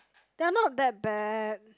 they are not that bad